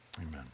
amen